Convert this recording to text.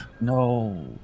No